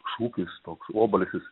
šūkis toks obalsis